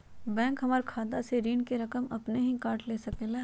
Bank हमार खाता से ऋण का रकम अपन हीं काट ले सकेला?